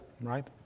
right